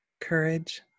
courage